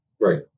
Right